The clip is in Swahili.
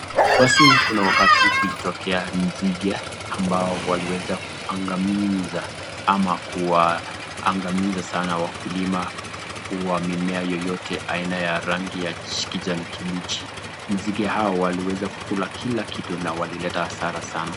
Basi kuna wakati kulitokea nzige, ambao waliweza kuaangamiza ama kuwaangamiza sana wakulima wa mimea yoyote aina ya rangi ya kijani kibichi. Nzige hao waliweza kukula kila kitu na walileta hasara sana.